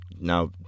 now